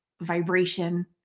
vibration